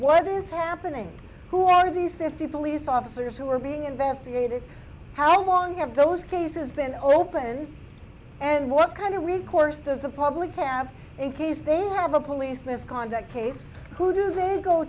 what is happening who are these fifty police officers who are being investigated how long have those cases been open and what kind of recourse does the public have in case they are of a police misconduct case who do